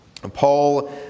Paul